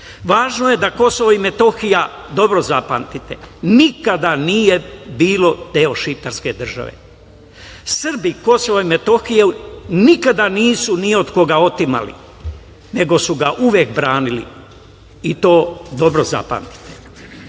svet. Važno je da Kosovo i Metohija, dobro zapamtite, nikada nije bilo deo šiptarske države. Srbi Kosovo i Metohiju nikada nisu ni od koga otimali, nego su ga uvek branili, i to dobro zapamtite.